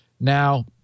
Now